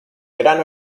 gran